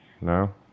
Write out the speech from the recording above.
No